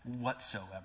whatsoever